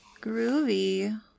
Groovy